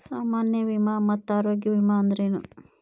ಸಾಮಾನ್ಯ ವಿಮಾ ಮತ್ತ ಆರೋಗ್ಯ ವಿಮಾ ಅಂದ್ರೇನು?